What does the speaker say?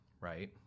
right